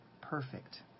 perfect